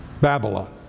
Babylon